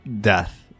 death